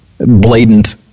blatant